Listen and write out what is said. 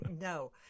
no